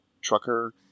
trucker